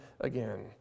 again